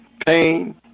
pain